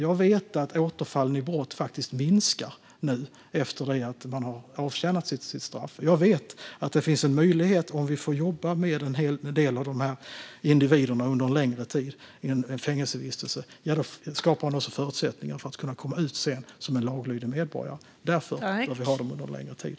Jag vet att återfallen i brott nu minskar efter att man har avtjänat sitt straff. Jag vet att det finns en möjlighet. Om vi får jobba med en del av dessa individer under en längre tid under en fängelsevistelse skapas förutsättningar för att de sedan ska kunna komma ut som laglydiga medborgare. Därför bör vi ha dem där under en längre tid.